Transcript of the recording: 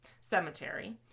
Cemetery